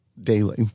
daily